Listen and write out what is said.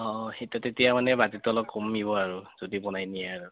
অঁ সেইটোৱে তেতিয়া মানে বাজেটটো অলপ কমিব আৰু যদি বনাই নিয়ে আৰু